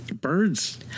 Birds